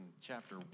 chapter